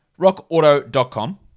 rockauto.com